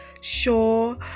sure